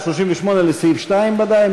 לסעיף 2, בוודאי.